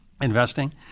investing